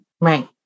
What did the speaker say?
right